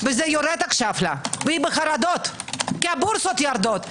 וזה יורד לה עכשיו והיא בחרדות כי הבורסות יורדות.